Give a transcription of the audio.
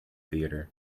theater